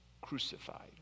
crucified